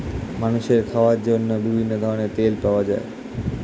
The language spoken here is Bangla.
মানুষের খাওয়ার জন্য বিভিন্ন ধরনের তেল পাওয়া যায়